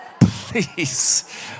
Please